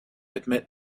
admit